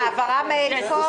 העברה מאיפה?